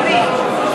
יריב,